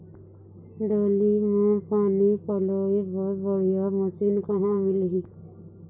डोली म पानी पलोए बर बढ़िया मशीन कहां मिलही?